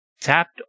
tapped